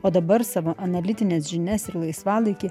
o dabar savo analitines žinias ir laisvalaikį